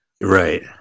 Right